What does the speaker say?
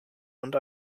und